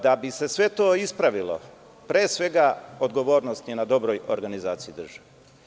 Da bi se sve to ispravilo, pre svega odgovornost je na dobroj organizaciji države.